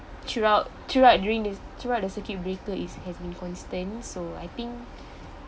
throughout throughout during the throughout the circuit breaker is has been constant so I think